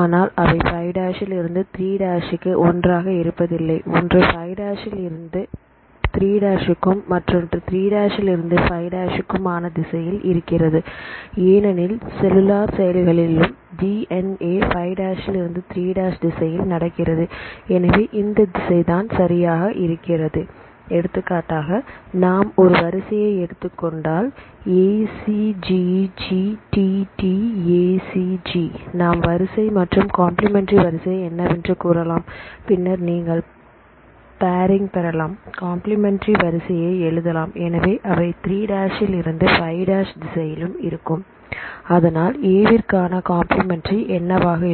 ஆனால் அவைகள் 5 இல் இருந்து 3 க்கு ஒன்றாக இருப்பதில்லை ஒன்று 5 லில் இருந்து 3 க்கும் மற்றொன்று 3 லில் இருந்து 5 கும் ஆன திசையில் இருக்கிறது ஏனெனில் செல்லுலார் செயல்களிலும் டி என் ஏ 5 லில் இருந்து 3 திசையில் நடக்கிறது எனவே இந்த திசை தான் சரியாக இருக்கிறது எடுத்துக்காட்டாக நாம் ஒரு வரிசையை எடுத்துக்கொண்டால் ACGGTTACG நாம் வரிசை மற்றும் கம்பிளிமெண்டரி வரிசை என்னவென்று கூறலாம் பின்னர் நீங்கள் பைரிங் பெறலாம் கம்பிளிமெண்டரி வரிசையை எழுதலாம் எனவே அவை 3 எல் இருந்து 5 திசையிலும் இருக்கும் அதனால் A விற்கான கம்பிளிமெண்டரி என்னவாக இருக்கும்